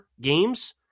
games